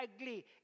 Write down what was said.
ugly